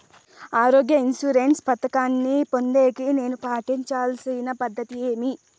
ఆరోగ్య ఇన్సూరెన్సు పథకాన్ని పొందేకి నేను పాటించాల్సిన పద్ధతి ఏమి?